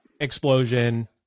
explosion